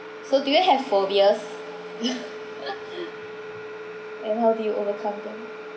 so do you have phobias and how do you overcome them